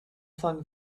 flung